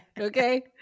Okay